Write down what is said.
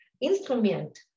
instrument